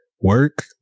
Work